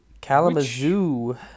Kalamazoo